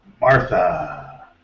Martha